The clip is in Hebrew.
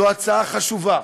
זו הצעה חשובה.